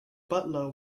butler